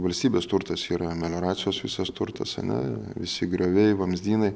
valstybės turtas yra melioracijos visas turtas na visi grioviai vamzdynai